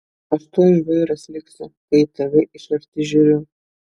aš tuoj žvairas liksiu kai į tave iš arti žiūriu